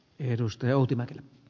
arvoisa puhemies